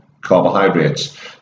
carbohydrates